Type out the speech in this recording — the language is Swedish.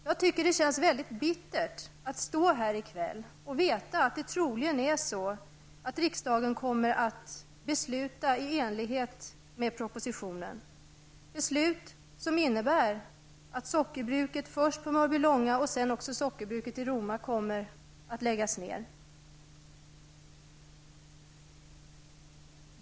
Jag tycker att det känns väldigt bittert att stå här i kväll, när riksdagen troligen kommer att besluta i enlighet med propositionen, ett beslut som innebär att först sockerbruket i Mörbylånga och sedan också sockerbruket i Roma kommer att läggas ner.